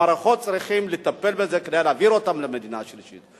המערכות צריכות לטפל בזה כדי להעביר אותם למדינה שלישית,